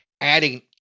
adding